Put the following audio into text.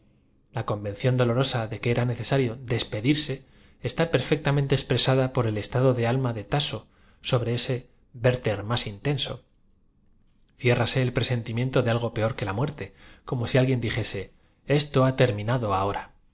a convicoión dolorosa de que era necesario deptdirey está perfectamente expresada por e l estado de alm a de tasso sobre ose w erth er más intenso ciérrase el presentimiento de algo p eor que la muerte como si alguien dijese esto ha terminado ahora